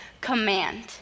command